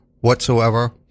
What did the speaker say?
whatsoever